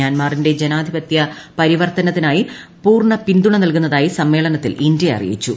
മ്യാൻമറിന്റെ ജനാധിപത്യ പരിവർത്തനത്തിനായി പൂർണ്ണപിന്തുണ നൽകുന്നതായി സമ്മേളനത്തിൽ ഇന്ത്യ അറിയിച്ചു